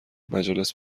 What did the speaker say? مجالس